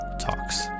Talks